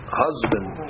husband